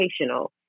educational